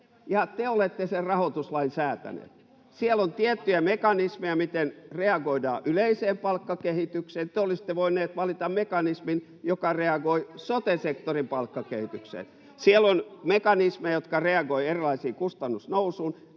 ja te olette sen rahoituslain säätäneet. Siellä on tiettyjä mekanismeja, miten reagoidaan yleiseen palkkakehitykseen. Te olisitte voineet valita mekanismin, joka reagoi sote-sektorin palkkakehitykseen. [Krista Kiuru: Ja te voisitte nyt valita mekanismin,